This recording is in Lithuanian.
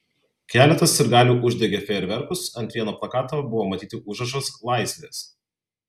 keletas sirgalių uždegė fejerverkus ant vieno plakato buvo matyti užrašas laisvės